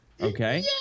Okay